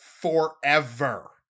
forever